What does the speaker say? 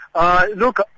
Look